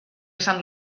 esan